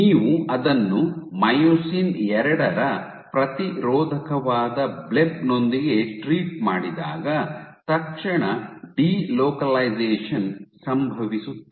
ನೀವು ಅದನ್ನು ಮಯೋಸಿನ್ ಎರಡರ ಪ್ರತಿರೋಧಕವಾದ ಬ್ಲೆಬ್ ನೊಂದಿಗೆ ಟ್ರೀಟ್ ಮಾಡಿದಾಗ ತಕ್ಷಣ ಡಿಲೊಕಲೈಸೇಶನ್ ಸಂಭವಿಸುತ್ತದೆ